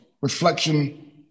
reflection